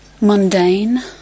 mundane